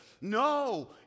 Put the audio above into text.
No